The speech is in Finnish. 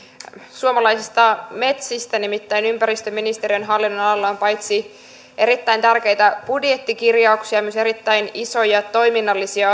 suomalaisista metsistä nimittäin ympäristöministeriön hallinnon alalla on ensi vuonna tulossa paitsi erittäin tärkeitä budjettikirjauksia myös erittäin isoja toiminnallisia